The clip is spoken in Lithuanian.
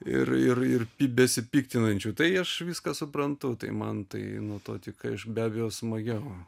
ir ir ir į besipiktinančių tai aš viską suprantu tai man tai nuo to tik ašiku be abejo smagiau